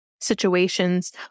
situations